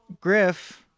Griff